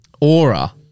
aura